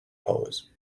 pose